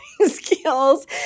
skills